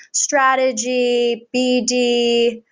strategy, bd,